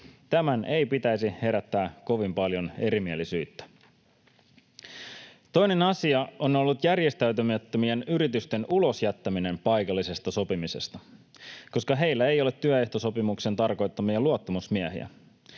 Tämän ei pitäisi herättää kovin paljon erimielisyyttä. Toinen asia on ollut järjestäytymättömien yritysten ulos jättäminen paikallisesta sopimisesta, koska heillä ei ole työehtosopimuksen tarkoittamia luottamusmiehiä.